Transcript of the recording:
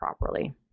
properly